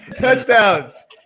Touchdowns